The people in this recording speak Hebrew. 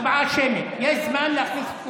הצבעה שמית, יש זמן להכניס את כולם.